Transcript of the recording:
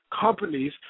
companies